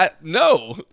No